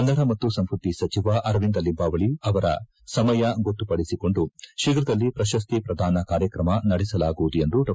ಕನ್ನಡ ಮತ್ತು ಸಂಸ್ಟೃತಿ ಸಚಿವ ಅರವಿಂದ ಲಿಂಬಾವಳಿ ಅವರ ಸಮಯ ಗೊತ್ತುಪಡಿಸಿಕೊಂಡು ಶೀಘ್ರದಲ್ಲಿ ಪ್ರಕ್ತಿ ಪ್ರದಾನ ಕಾರ್ಯಕ್ರಮ ನಡೆಸಲಾಗುವುದು ಎಂದು ಡಾ